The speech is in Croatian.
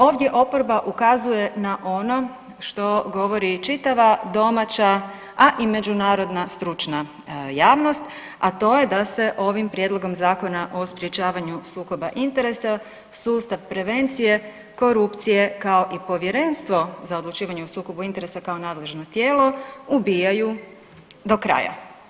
Ovdje oporba ukazuje na ono što govori čitava domaća, a i međunarodna stručna javnost, a to je da se ovim Prijedlogom zakona o sprječavanju sukoba interesa, sustav prevencije korupcije, kao i Povjerenstvo za odlučivanje o sukobu interesa kao nadležno tijelo, ubijaju do kraja.